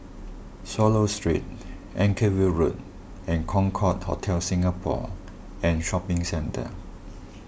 Swallow Street Anchorvale Road and Concorde Hotel Singapore and Shopping Centre